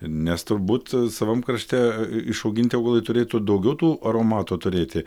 nes turbūt savam krašte išauginti augalai turėtų daugiau tų aromato turėti